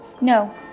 No